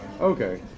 Okay